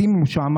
שימו שם,